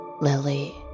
Lily